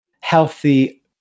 healthy